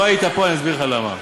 לא היית פה, אני אסביר לך למה.